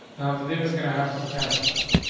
now the dave is gonna have some kind of class,